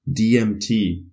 DMT